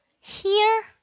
Here